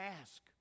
ask